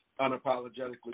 Unapologetically